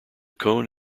cone